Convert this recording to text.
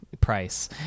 price